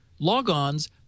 logons